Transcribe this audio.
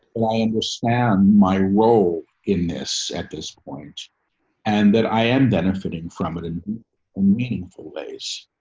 why i understand my role in this at this point and that i am benefiting from it in meaningful ways.